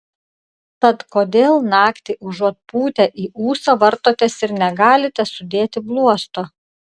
tad kodėl naktį užuot pūtę į ūsą vartotės ir negalite sudėti bluosto